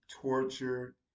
tortured